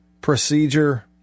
procedure